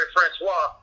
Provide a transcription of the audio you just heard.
Francois